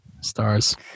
stars